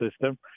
system